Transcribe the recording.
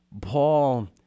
Paul